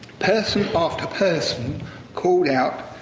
person after person called out,